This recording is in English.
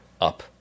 up